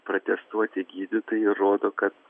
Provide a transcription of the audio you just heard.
pratestuoti gydytojai rodo kad